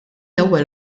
ewwel